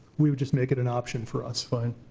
we would just make it an option for us fine.